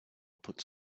puts